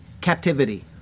captivity